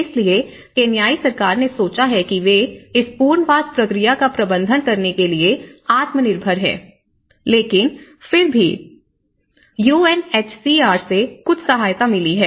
इसलिए केन्याई सरकार ने सोचा है कि वे इस पुनर्वास प्रक्रिया का प्रबंधन करने के लिए आत्मनिर्भर हैं लेकिन फिर भी U N S C R से कुछ सहायता मिली है